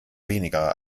weniger